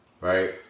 Right